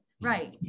right